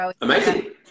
Amazing